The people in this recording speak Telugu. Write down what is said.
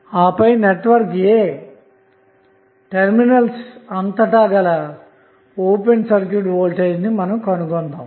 ఆపై నెట్వర్క్ A టెర్మినల్స్ అంతటా గల ఓపెన్ సర్క్యూట్ వోల్టేజ్ ను కనుగొందాము